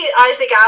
Isaac